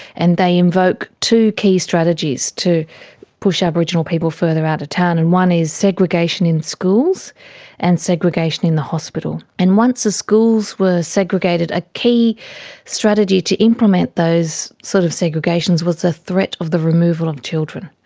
and they invoke two key strategies to push aboriginal people further out of town. and one one is segregation in schools and segregation in the hospital. and once the schools were segregated, a key strategy to implement those sort of segregations was the threat of the removal of children.